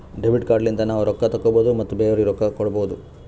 debit card ಲಿಂತ ನಾವ್ ರೊಕ್ಕಾ ತೆಕ್ಕೋಭೌದು ಮತ್ ಬೇರೆಯವ್ರಿಗಿ ರೊಕ್ಕಾ ಕೊಡ್ಭೌದು